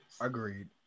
Agreed